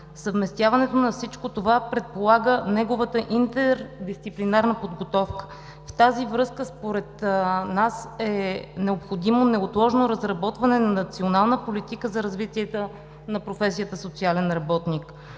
Съвместяването на всичко това предполага неговата интердисциплинарна подготовка. В тази връзка според нас е необходимо неотложно разработване на национална политика за развитието на професията „социален работник“.